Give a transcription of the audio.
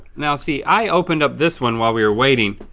now see, i opened up this one while we were waiting.